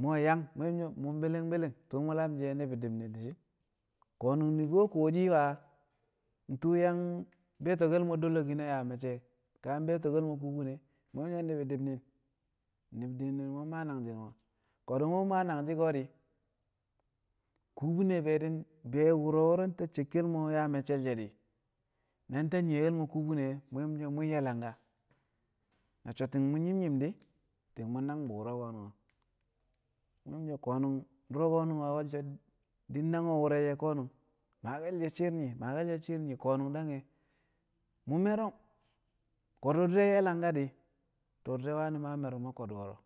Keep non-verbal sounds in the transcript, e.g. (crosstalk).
mṵ we̱ yang mṵ we̱ nyṵwo̱ mṵ mbi̱li̱ng bi̱li̱gn tṵṵ mṵ lamshi̱ e̱ ni̱bi̱ di̱b ni̱n di̱shi̱n, ko̱nṵng ni̱bi̱ we̱ kuwo shi̱ faa ntṵṵ yang mbi̱yo̱to̱ke̱l mo̱ dolokin a yaa me̱cce̱, ka yang bi̱yo̱to̱ke̱l mo̱ kubine, mṵ so̱ ni̱bi̱ di̱b ni̱n. Ni̱bi̱ ndi̱b mi̱n mṵ yang mmaa nangji̱l mo̱, ko̱dṵ mṵ mmaa nangji̱l mo̱ ko̱dṵ mṵ mmaa nangji̱ ko̱ di̱, kubine be̱e̱ wṵro̱ wo̱ro̱ nta cekkel mo̱ yaa me̱cce̱l she̱ di̱, na nta nyi̱ye̱ke̱l mo̱ kubine mṵ ye̱ mṵ so̱ mṵ nye̱ langka na so̱ ti̱ng mu nyi̱m nyi̱m di̱, ti̱ng mṵ nnang bṵ wu̱ro̱ ko̱nṵng o̱, mṵ so̱ ko̱nṵng du̱ro̱ ko̱nṵng o̱ di̱ nnango̱ wṵre̱ she̱ ko̱nṵng maake̱l she̱ shi̱i̱r nyi̱ maake̱l shẹ shi̱i̱r nyi̱, ko̱nṵng dange̱ (unintelligible) ko̱dṵ di̱re̱ ye̱ langka di̱ to̱o̱ di̱re̱ wani̱ maa me̱rṵm a ko̱dṵ wo̱ro̱.